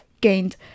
gained